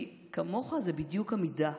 כי כמוך זה בדיוק המידה.